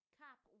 cup